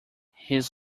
his